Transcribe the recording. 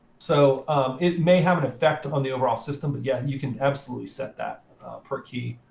so it may have an effect on the overall system. but yeah, you can absolutely set that per key.